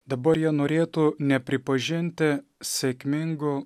dabar jie norėtų nepripažinti sėkmingu